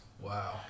Wow